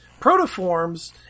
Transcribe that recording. protoforms